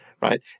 right